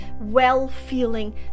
well-feeling